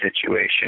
situation